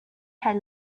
had